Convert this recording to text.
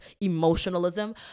emotionalism